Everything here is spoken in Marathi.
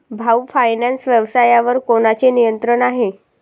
भाऊ फायनान्स व्यवसायावर कोणाचे नियंत्रण आहे?